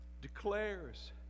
declares